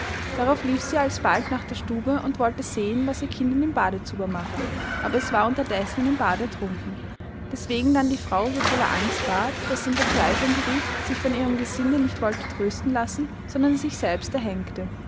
darauf lief sie alsbald nach der stube und wollte sehen was ihr kind in dem badezuber mache aber es war unterdessen in dem bad ertrunken deßwegen dann die frau so voller angst ward daß sie in verzweifelung gerieth sich von ihrem gesinde nicht wollte trösten lassen sondern sich selbst erhängte